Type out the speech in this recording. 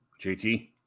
JT